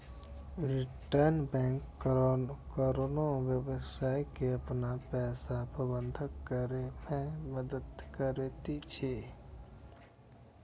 retail bank कोनो व्यक्ति के अपन पैसाक प्रबंधन करै मे मदति करै छै